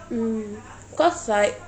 mm cause like